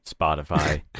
Spotify